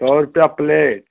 सौ रुपया प्लेट